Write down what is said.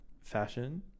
fashion